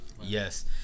Yes